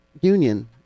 union